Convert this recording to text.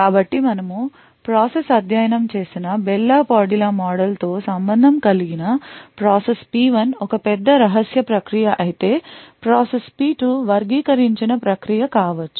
కాబట్టి మనము ప్రాసెస్ అధ్యయనం చేసిన బెల్ లా పాడులా మోడల్తో సంబంధం కలిగి ప్రాసెస్ P1 ఒక పెద్ద రహస్య ప్రక్రియ అయితే ప్రాసెస్ P2 వర్గీకరించని ప్రక్రియ కావచ్చు